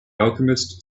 alchemist